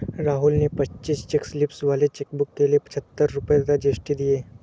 राहुल ने पच्चीस cheque leaves वाले चेकबुक के लिए पच्छत्तर रुपये तथा जी.एस.टी दिए